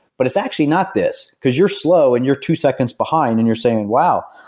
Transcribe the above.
but it's actually not this, because you're slow and you're two seconds behind and you're saying, wow,